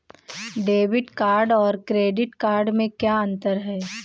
Debit card और credit card में क्या अंतर है?